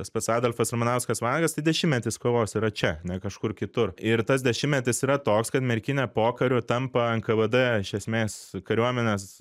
tas pats adolfas ramanauskas vanagas tai dešimtmetis kovos yra čia ne kažkur kitur ir tas dešimtmetis yra toks kad merkinė pokariu tampa nkvd iš esmės kariuomenės